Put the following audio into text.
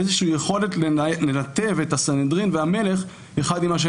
איזושהי יכולת לנתב את הסנהדרין ואת המלך זה עם זה.